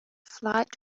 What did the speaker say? flight